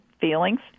feelings